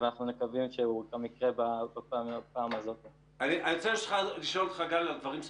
וכל התפיסה הזו שאומרת שקודם כל מטילים שמיכה